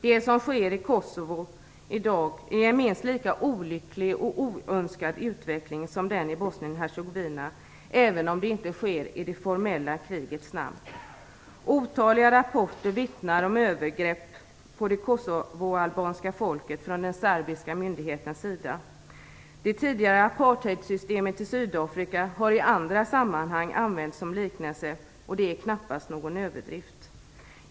Det som sker i Kosovo i dag är en minst lika olycklig och oönskad utveckling som den i Bosnien-Hercegovina, även det inte sker i det formella krigets namn. Otaliga rapporter vittnar om övergrepp på det kosovoalbanska folket från de serbiska myndigheternas sida. Det tidigare apartheidsystemet i Sydafrika har i andra sammanhang använts som liknelse, och det är knappast någon överdrift.